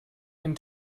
and